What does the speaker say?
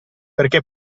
perché